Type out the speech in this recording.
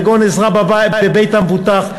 כגון עזרה בבית המבוטח,